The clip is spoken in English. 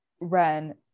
Ren